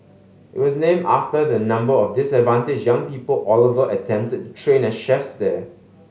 it was named after the number of disadvantaged young people Oliver attempted to train as chefs there